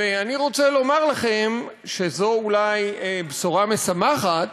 אני רוצה לומר לכם שזו אולי בשורה משמחת,